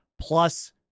plus